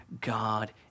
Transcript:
God